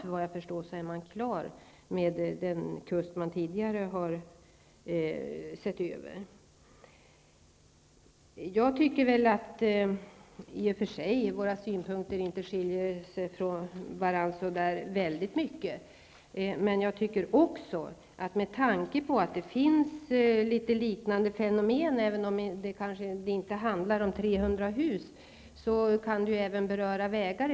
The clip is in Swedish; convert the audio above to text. Såvitt jag förstår är man klar med den kuststräcka som man tidigare haft att se över. I och för sig är det inte särskilt stor skillnad mellan våra synpunkter. I viss mån finns det i andra sammanhang liknande fenomen -- även om det kanske inte handlar om 300 hus. Det kan gälla t.ex. vägar.